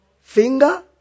finger